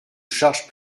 charge